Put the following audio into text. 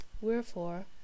Wherefore